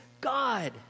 God